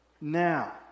now